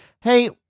Hey